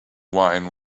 wine